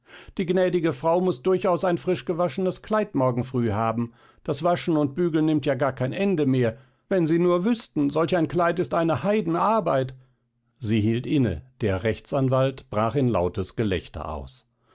die gnädige frau muß durchaus ein frischgewaschenes kleid morgen früh haben das waschen und bügeln nimmt ja gar kein ende mehr wenn sie nur wüßten solch ein kleid ist eine heidenarbeit sie hielt inne der rechtsanwalt brach in ein lautes gelächter aus